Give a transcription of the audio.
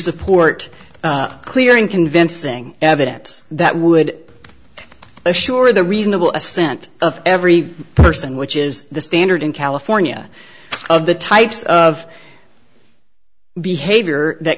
support a clear and convincing evidence that would assure the reasonable assent of every person which is the standard in california of the types of behavior that